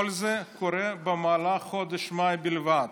כל זה קורה במהלך חודש מאי בלבד.